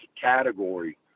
category